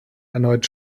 erneut